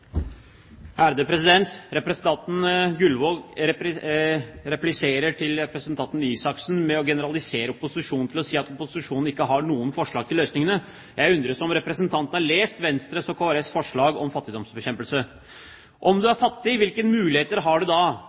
Representanten Gullvåg repliserer til representanten Røe Isaksen med å generalisere opposisjonen til å si at opposisjonen ikke har noen forslag til løsninger. Jeg undres på om representanten har lest Venstres og Kristelig Folkepartis forslag om fattigdomsbekjempelse. Om du er fattig, hvilke muligheter har du da?